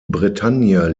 bretagne